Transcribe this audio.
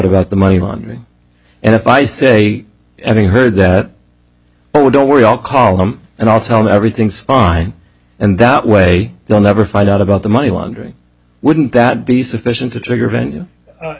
about the money on me and if i say ever heard that oh don't worry i'll call him and i'll tell him everything's fine and that way they'll never find out about the money laundering wouldn't that be sufficient to trigger venue